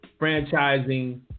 franchising